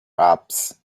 apps